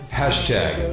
hashtag